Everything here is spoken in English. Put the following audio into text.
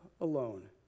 alone